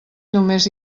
només